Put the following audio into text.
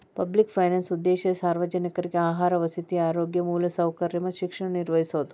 public finance ಉದ್ದೇಶ ಸಾರ್ವಜನಿಕ್ರಿಗೆ ಆಹಾರ ವಸತಿ ಆರೋಗ್ಯ ಮೂಲಸೌಕರ್ಯ ಮತ್ತ ಶಿಕ್ಷಣ ನಿರ್ವಹಿಸೋದ